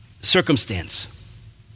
circumstance